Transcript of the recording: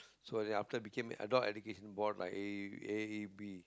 so then after that became Adult Education Board lah a_e_b